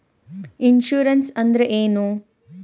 Insurance ಅಂದ್ರ ಏನು?